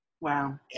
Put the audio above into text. Wow